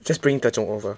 just bring 德中 over